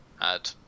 add